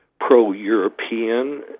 pro-European